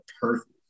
perfect